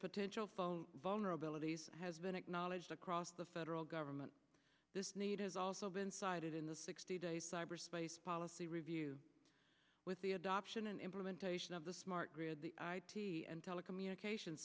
potential vulnerabilities has been acknowledged across the federal government this need has also been cited in the sixty day cyberspace policy review with the adoption and implementation of the smart grid the telecommunications